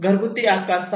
घरगुती आकार 6